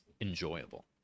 enjoyable